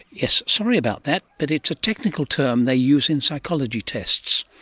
yes, sorry about that but it's a technical term they use in psychology tests.